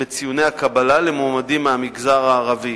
בציוני הקבלה למועמדים מהמגזר הערבי.